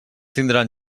tindran